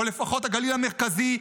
או לפחות הגליל המרכזי,